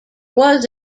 was